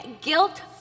guilt